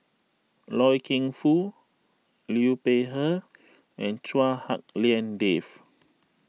Loy Keng Foo Liu Peihe and Chua Hak Lien Dave